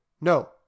No